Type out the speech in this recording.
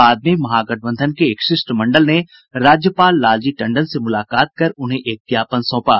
बाद में महागठबंधन के एक शिष्टमंडल ने राज्यपाल लालजी टंडन से मुलाकात कर उन्हें एक ज्ञापन सौंपा